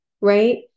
right